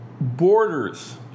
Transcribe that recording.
borders